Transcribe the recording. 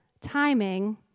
timing